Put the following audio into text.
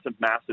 massive